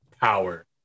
power